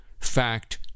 fact